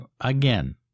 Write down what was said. again